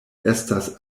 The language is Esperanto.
estas